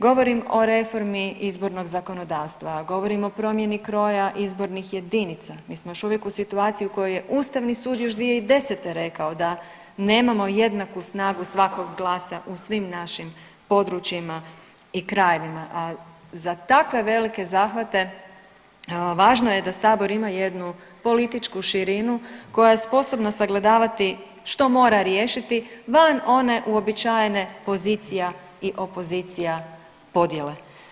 Govorim o reformi izbornog zakonodavstva, govorim o promjeni kroja izbornih jedinica, mi smo još uvijek u situaciji u kojoj je ustavni sud još 2010. rekao da nemamo jednaku snagu svakog glasa u svim našim područjima i krajevima, a za takve velike zahvate važno je da sabor ima jednu političku širinu koja je sposobna sagledavati što mora riješiti van one uobičajene pozicija i opozicija podjele.